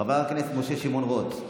חבר הכנסת משה שמעון רוט,